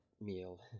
meal